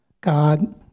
God